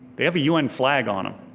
they have a un flag on them.